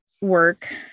work